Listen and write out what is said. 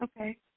Okay